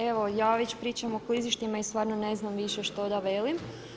Evo ja već pričam o klizištima i stvarno ne znam više što da kaže.